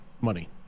money